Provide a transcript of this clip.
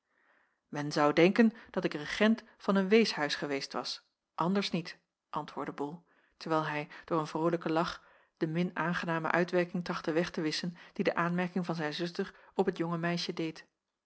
men zou denken dat ik regent van een weeshuis jacob van ennep laasje evenster geweest was anders niet antwoordde bol terwijl hij door een vrolijken lach de min aangename uitwerking trachtte weg te wisschen die de aanmerking van zijn zuster op het jonge meisje deed